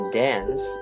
dance